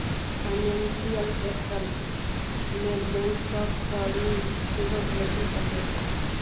financial capital लेल bank सब सँ ऋण सेहो भेटि सकै छै